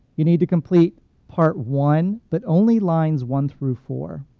you need to complete part one, but only lines one through four.